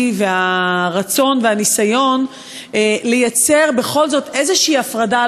והרצון והניסיון ליצור בכל זאת איזה הפרדה.